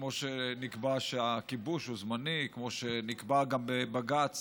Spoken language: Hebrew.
כמו שנקבע שהכיבוש הוא זמני, כמו שנקבע גם בבג"ץ